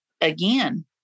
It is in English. again